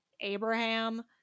Abraham